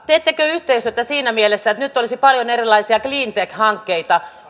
teettekö yhteistyötä siinä mielessä että nyt olisi muun muassa afrikassa paljon erilaisia cleantech hankkeita